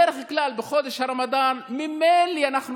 בדרך כלל בחודש הרמדאן ממילא אנחנו